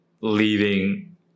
leaving